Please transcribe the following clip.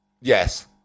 Yes